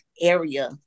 area